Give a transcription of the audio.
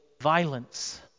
violence